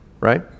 right